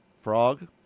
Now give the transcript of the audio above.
Frog